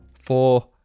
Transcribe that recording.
Four